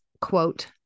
quote